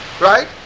Right